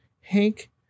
Hank